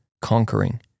conquering